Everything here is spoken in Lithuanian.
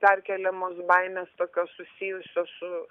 perkeliamos baimės tokios susijusios su